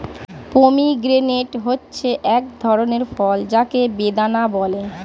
pomegranate হচ্ছে এক ধরনের ফল যাকে বেদানা বলে